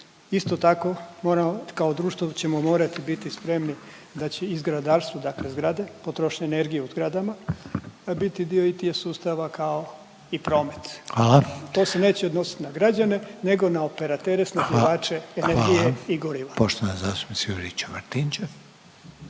Isto tako kao društvo ćemo morati biti spremni da će i zgradarstvo, dakle zgrade, potrošnja energije u zgradama biti dio ITU sustava kao i promet…/Upadica Reiner: Hvala./…. To se neće odnosit na građane nego na operatere, snadbivače energije i goriva. **Reiner, Željko (HDZ)** Hvala.